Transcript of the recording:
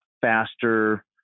faster